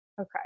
Okay